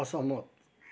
असहमत